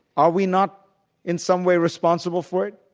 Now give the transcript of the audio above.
are we not in some way responsible for it?